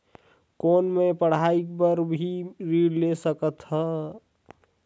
कौन मै पढ़ाई बर भी ऋण ले सकत हो?